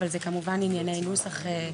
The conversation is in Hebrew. אבל זה כמובן ענייני נוסח.